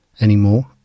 Anymore